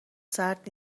سرد